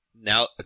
now